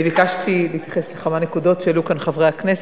אני ביקשתי להתייחס לכמה נקודות שהעלו כאן חברי הכנסת,